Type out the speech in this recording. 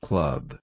Club